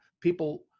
People